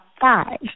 five